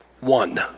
One